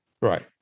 right